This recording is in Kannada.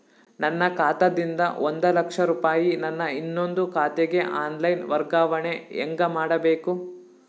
ನನ್ನ ಖಾತಾ ದಿಂದ ಒಂದ ಲಕ್ಷ ರೂಪಾಯಿ ನನ್ನ ಇನ್ನೊಂದು ಖಾತೆಗೆ ಆನ್ ಲೈನ್ ವರ್ಗಾವಣೆ ಹೆಂಗ ಮಾಡಬೇಕು?